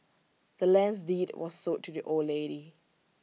the land's deed was sold to the old lady